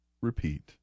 Repeat